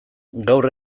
gaur